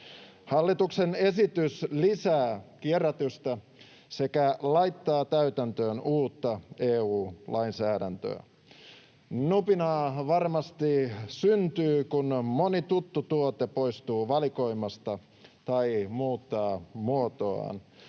Hallituksen esitys lisää kierrätystä sekä laittaa täytäntöön uutta EU-lainsäädäntöä. Nupinaa varmasti syntyy, kun moni tuttu tuote poistuu valikoimasta tai muuttaa muotoaan.